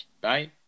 Bye